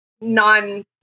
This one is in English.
non